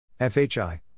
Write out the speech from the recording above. FHI